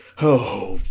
o,